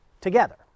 together